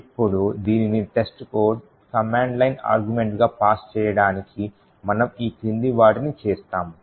ఇప్పుడు దీనిని testcode command line argument గా పాస్ చేయడానికి మనము ఈ క్రింది వాటిని చేస్తాము